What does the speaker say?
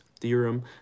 theorem